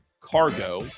cargo